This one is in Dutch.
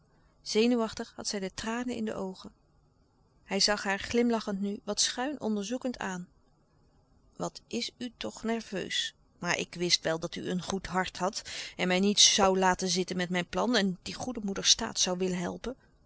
zenuwachtig had zij de tranen in de oogen hij zag haar glimlachend nu wat schuin onderzoekend aan wat is u toch nerveus maar ik wist wel dat u een goed hart had en mij niet zoû louis couperus de stille kracht laten zitten met mijn plan en die goede moeder staats zoû willen helpen